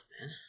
man